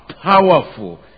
powerful